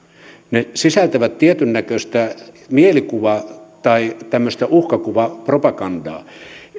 ne sisältävät tietynnäköistä mielikuva tai tämmöistä uhkakuvapropagandaa